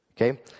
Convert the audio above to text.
Okay